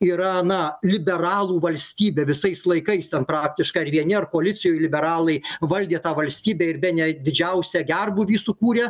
yra na liberalų valstybė visais laikais ten praktiškai ar vieni ar koalicijoj liberalai valdė tą valstybę ir bene didžiausią gerbūvį sukūrė